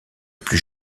plus